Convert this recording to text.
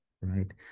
right